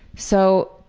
so,